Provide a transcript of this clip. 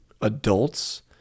adults